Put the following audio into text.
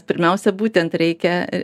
pirmiausia būtent reikia